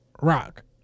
Rock